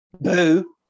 Boo